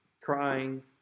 crying